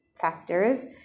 factors